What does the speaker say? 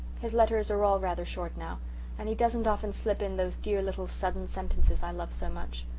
his letters are all rather short now and he doesn't often slip in those dear little sudden sentences i love so much.